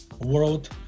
world